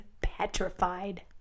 petrified